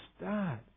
start